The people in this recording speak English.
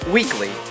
Weekly